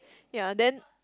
ya then